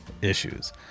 issues